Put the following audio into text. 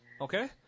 Okay